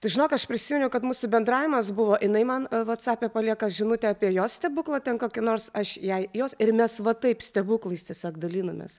tai žinok aš prisiminiau kad mūsų bendravimas buvo jinai man vatsape palieka žinutę apie jos stebuklą ten kokį nors aš jai jos ir mes va taip stebuklais tiesiog dalinamės